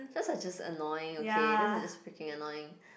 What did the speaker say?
those are just annoying okay those are just freaking annoying